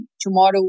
tomorrow